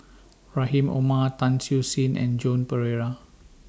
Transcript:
Rahim Omar Tan Siew Sin and Joan Pereira